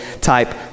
type